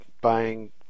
buying